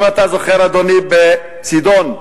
אם אתה זוכר, אדוני, בצידון,